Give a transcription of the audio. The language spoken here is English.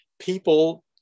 people